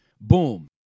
boom